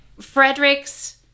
Frederick's